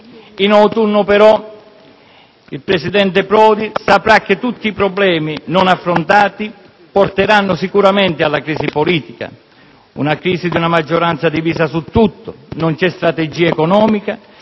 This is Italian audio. In autunno, però, il presidente Prodi saprà che tutti i problemi non affrontati porteranno sicuramente alla crisi politica, una crisi di una maggioranza divisa su tutto; non c'è strategia economica;